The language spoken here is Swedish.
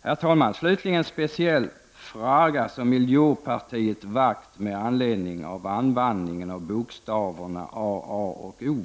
Herr talman! ”Slutligen har jag en speciell fraga som miljopartiet har vackt med anledning av anvandningen av bokstaverna a, a och o.